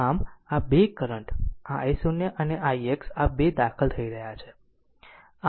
આમ આ બે કરંટ આ i0 અને ix આ બે દાખલ થઈ રહ્યા છે